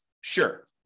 Sure